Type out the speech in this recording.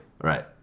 Right